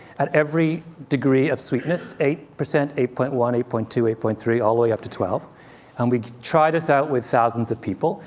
at every degree of sweetness eight percent, eight point one, eight point two, eight point three, all the way up to twelve and we try this out with thousands of people,